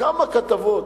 כמה כתבות,